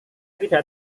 tidak